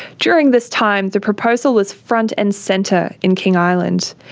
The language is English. during this time, the proposal was front and centre in king island.